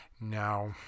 Now